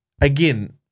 Again